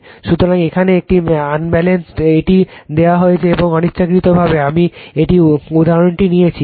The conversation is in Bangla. সুতরাং এখানে এটি আনব্যালেন্সেড এটা দেওয়া রয়েছে এবং ইচ্ছাকৃতভাবে আমি এই উদাহরণটি নিয়েছি